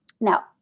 Now